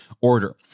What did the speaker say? order